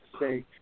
say